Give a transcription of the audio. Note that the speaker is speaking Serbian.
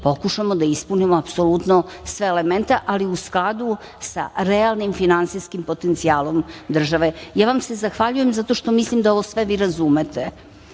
pokušamo da ispunimo apsolutno sve elemente, ali u skladu sa realnim finansijskim potencijalom države. Ja vam se zahvaljujem zato što mislim da ovo sve vi razumete